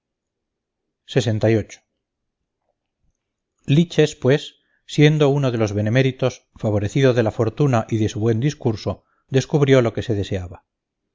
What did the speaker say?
acá y otros allá liches pues siendo uno de los beneméritos favorecido de la fortuna y de su buen discurso descubrió lo que se deseaba